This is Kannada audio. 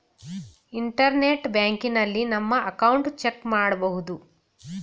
ಇಂಟರ್ನೆಟ್ ಬ್ಯಾಂಕಿನಲ್ಲಿ ನಮ್ಮ ಅಕೌಂಟ್ ಚೆಕ್ ಮಾಡಬಹುದು